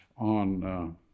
on